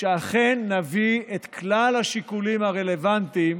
שאכן נביא את כלל השיקולים הרלוונטיים